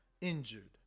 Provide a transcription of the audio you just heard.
injured